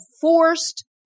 forced